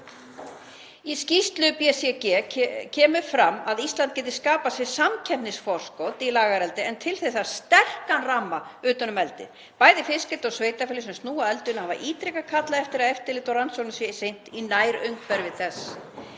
Í skýrslu BCG kemur fram að Ísland geti skapað sér samkeppnisforskot í lagareldi, en til þess þarf sterkan ramma utan um eldið. Bæði fiskeldi og sveitarfélög sem koma að eldinu hafa ítrekað kallað eftir að eftirliti og rannsóknum sé sinnt í nærumhverfi þess.